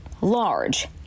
large